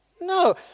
No